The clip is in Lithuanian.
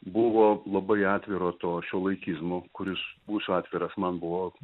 buvo labai atviro to šiuolaikizmo kuris būsiu atviras man buvo